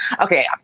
Okay